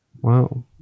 Wow